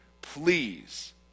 please